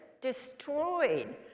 destroyed